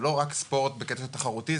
זה לא רק ספורט במובן תחרותי,